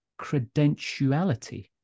credentiality